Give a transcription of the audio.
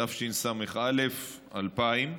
התשס"א 2000,